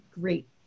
great